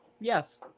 Yes